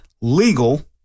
legal